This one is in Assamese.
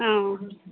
অঁ